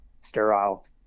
sterile